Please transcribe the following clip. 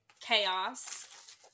chaos